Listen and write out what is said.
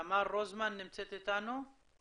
תמר רוזמן, נמצאת איתנו?